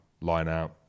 line-out